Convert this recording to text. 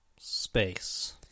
Space